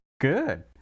good